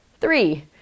Three